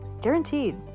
Guaranteed